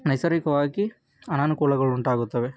ನೈಸರ್ಗಿಕವಾಗಿ ಅನಾನುಕೂಲಗಳು ಉಂಟಾಗುತ್ತವೆ